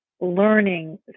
learning